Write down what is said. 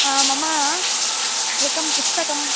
हा मम एकं पुस्तकं